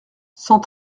cent